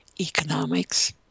Economics